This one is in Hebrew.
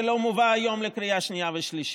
לא מובא היום לקריאה שנייה ושלישית,